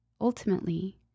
Ultimately